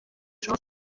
jean